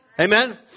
Amen